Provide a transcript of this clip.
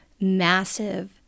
Massive